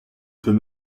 peut